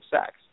sex